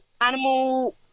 Animal